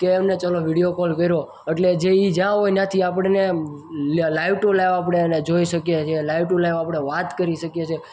કે એમને ચાલો વિડીયો કોલ કર્યો અટલે જે એ જ્યાં હોય ત્યાંથી આપણને લાઈવ ટુ લાઈવ આપણે એને જોઈ શકીએ છીએ લાઈવ ટુ લાઈવ આપણે વાત કરી શકીએ છીએ